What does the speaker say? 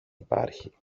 υπάρχει